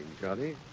Johnny